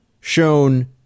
shown